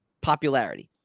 popularity